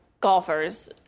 golfers